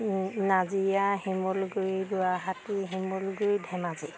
Nazira Simaluguri Guwahati Simaluguri Dhemaji